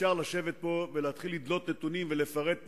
ואפשר לשבת פה ולהתחיל לדלות נתונים ולפרט נתונים,